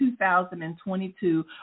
2022